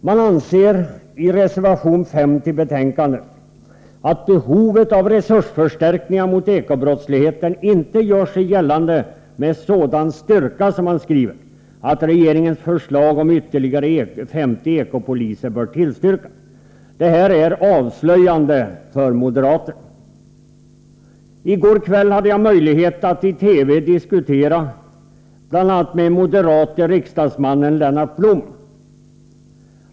De anser i reservation 5 att behovet av resursförstärkningar mot Eko-brottsligheten inte ”gör sig gällande med sådan styrka” att regeringens förslag om ytterligare 50 Eko-poliser bör tillstyrkas. Detta är avslöjande för moderaterna. I går kväll hade jag möjlighet att i TV diskutera bl.a. med den moderate riksdagsmannen Lennart Blom.